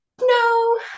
no